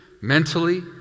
mentally